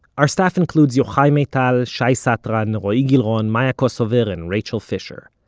our staff includes yochai maital, shai satran, and roee gilron, maya kosover and rachel fisher.